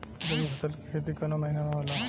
रवि फसल के खेती कवना महीना में होला?